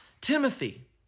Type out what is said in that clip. Timothy